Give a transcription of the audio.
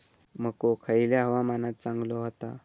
मको खयल्या हवामानात चांगलो होता?